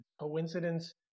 Coincidence